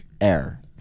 air